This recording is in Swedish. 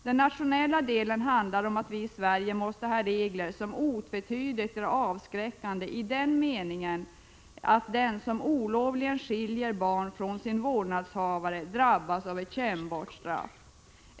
Den nationella delen handlar om att vi i Sverige måste ha regler, som otvetydigt är avskräckande i den meningen att den som olovligen skiljer barn från dess vårdnadshavare drabbas av ett kännbart straff.